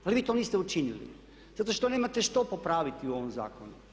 Ali vi to niste učinili zato što nemate što popraviti u ovom zakonu.